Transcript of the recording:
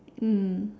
mm